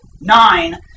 nine